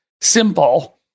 simple